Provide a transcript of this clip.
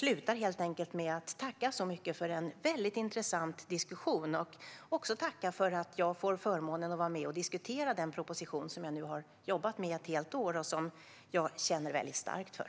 Jag vill avsluta med att tacka så mycket för en väldigt intressant diskussion. Jag vill också tacka för att jag får förmånen att vara med och diskutera den proposition som jag nu har jobbat med under ett helt år och som jag känner väldigt starkt för.